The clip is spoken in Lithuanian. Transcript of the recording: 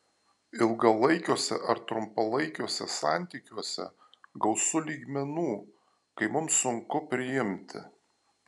ilgalaikiuose ar trumpalaikiuose santykiuose gausu lygmenų kai mums sunku priimti